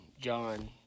John